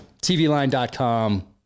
TVLine.com